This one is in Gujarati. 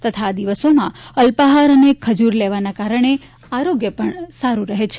તથા આ દિવસોમાં અલ્પહાર અને ખજૂર લેવાના કારણે આરોગ્ય પણ સારૂં રહે છે